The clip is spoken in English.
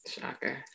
shocker